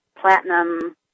platinum